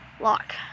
lock